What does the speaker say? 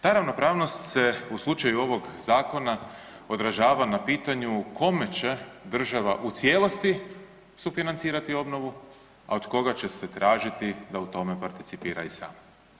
Ta ravnopravnost se u slučaju ovog zakona odražava na pitanju kome će država u cijelosti sufinancirati obnovu, a od koga će se tražiti da u tome participira i sam.